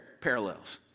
parallels